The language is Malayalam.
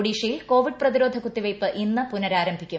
ഒഡീഷയിൽ കോവിഡ് പ്രതിരോധ കുത്തിവെയ്പ് ഇന്ന് പുനരാരംഭിക്കും